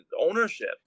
ownership